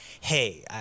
hey